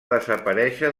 desaparèixer